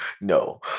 No